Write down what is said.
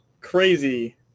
crazy